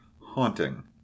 haunting